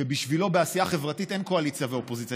ובשבילו בעשייה חברתית אין קואליציה ואופוזיציה,